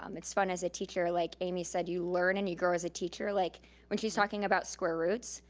um it's fun as a teacher. like emy said, you learn and you grow as a teacher. like when she's talking about square roots,